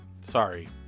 sorry